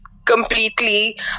completely